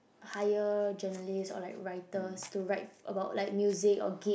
hire journalist or like writers to write about like music or Gig